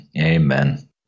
Amen